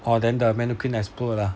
oh then the american explode lah